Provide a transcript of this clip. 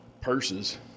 purses